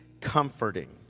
comforting